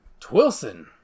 Twilson